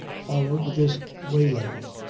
followed this waylaying!